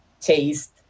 taste